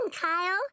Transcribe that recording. Kyle